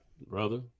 Brother